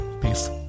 peace